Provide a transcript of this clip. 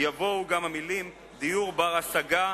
יבואו גם המלים "דיור בר-השגה,